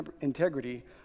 integrity